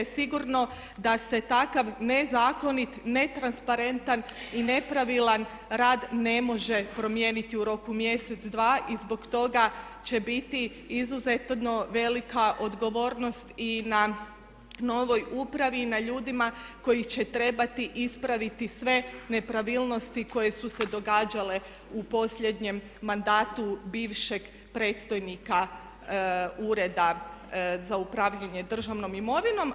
Sigurno da se takav nezakonit, netransparentan i nepravilan rad ne može promijeniti u roku mjesec, dva i zbog toga će biti izuzetno velika odgovornost i na novoj upravi, na ljudima koji će trebati ispraviti sve nepravilnosti koje su se događale u posljednjem mandatu bivšeg predstojnika Ureda za upravljanje državnom imovinom.